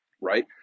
right